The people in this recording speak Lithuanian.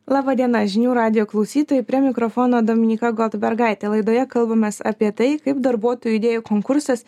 laba diena žinių radijo klausytojai prie mikrofono dominyka goldbergaitė laidoje kalbamės apie tai kaip darbuotojų idėjų konkursas